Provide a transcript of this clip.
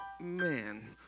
man